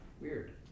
weird